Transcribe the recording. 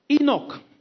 Enoch